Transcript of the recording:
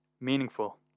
meaningful